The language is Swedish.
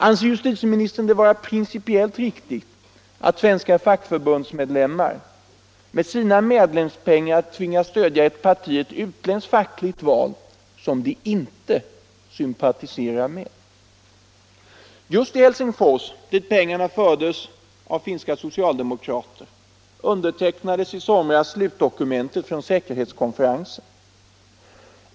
Anser justitieministern det vara principiellt riktigt att svenska fackförbundsmedlemmar med sina medlemspengar tvingas stödja ett parti i ett utländskt fackligt val som de inte sympatiserar med? Just i Helsingfors, dit pengarna fördes av finska socialdemokrater, undertecknades i somras slutdokumentet från säkerhetskonferensen.